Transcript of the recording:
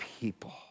people